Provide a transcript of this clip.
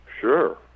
sure